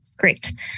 Great